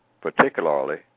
particularly